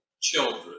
children